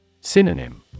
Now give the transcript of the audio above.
Synonym